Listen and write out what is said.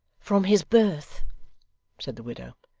from his birth said the widow.